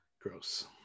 gross